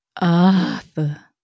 Arthur